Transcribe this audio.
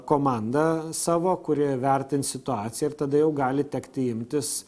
komandą savo kurie vertins situaciją ir tada jau gali tekti imtis